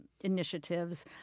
initiatives